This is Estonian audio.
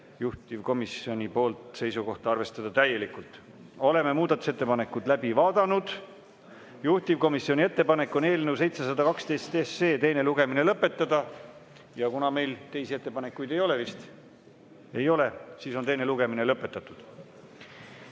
juhtivkomisjoni seisukoht on arvestada täielikult. Oleme muudatusettepanekud läbi vaadanud. Juhtivkomisjoni ettepanek on eelnõu 712 teine lugemine lõpetada ja kuna meil teisi ettepanekuid ei ole, siis on teine lugemine lõpetatud.